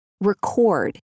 Record